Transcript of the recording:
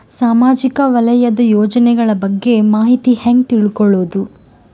ಸಾಮಾಜಿಕ ವಲಯದ ಯೋಜನೆಗಳ ಬಗ್ಗೆ ಮಾಹಿತಿ ಹ್ಯಾಂಗ ತಿಳ್ಕೊಳ್ಳುದು?